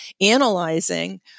analyzing